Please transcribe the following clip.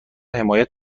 حمایت